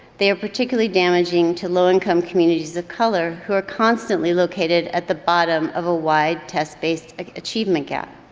they are particularly damaging to low-income communities of color who are constantly located at the bottom of a wide test-based achievement gap.